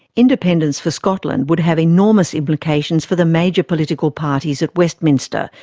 independence for scotland would have enormous implications for the major political parties at westminster,